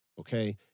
okay